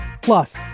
plus